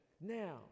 now